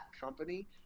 company